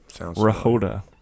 Rhoda